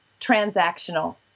transactional